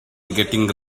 getting